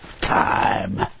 time